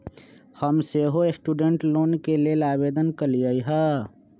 हम सेहो student loan के लेल आवेदन कलियइ ह